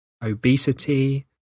obesity